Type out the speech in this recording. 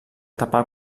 tapar